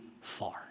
far